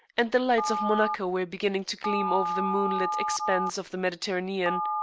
and the lights of monaco were beginning to gleam over the moon-lit expanse of the mediterranean.